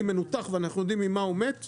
מנותח ואנחנו יודעים ממה הוא מת טועה.